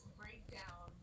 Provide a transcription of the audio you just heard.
breakdown